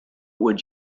would